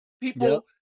People